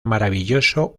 maravilloso